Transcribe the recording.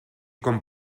com